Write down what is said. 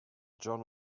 john